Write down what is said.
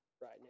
right